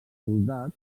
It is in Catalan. soldats